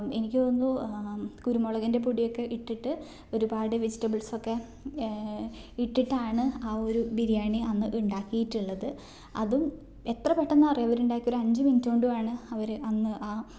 എനിക്ക് തോന്നുന്നു കുരുമുളകിൻ്റെ പൊടിയൊക്കെ ഇട്ടിട്ട് ഒരുപാട് വെജിറ്റബിൾസൊക്കെ ഇട്ടിട്ടാണ് ആ ഒരു ബിരിയാണി അന്ന് ഉണ്ടാക്കിയിട്ടുള്ളത് അതും എത്ര പെട്ടെന്നാറിയോ അവരുണ്ടാക്കിയത് ഒരു അഞ്ച് മിനിറ്റ് കൊണ്ടാണ് അവർ അന്ന് ആ